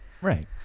right